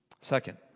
Second